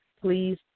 please